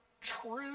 true